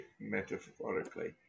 metaphorically